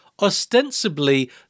Ostensibly